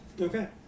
Okay